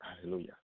Hallelujah